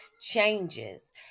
changes